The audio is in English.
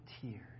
tears